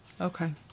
Okay